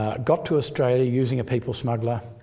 ah got to australia using a people smuggler.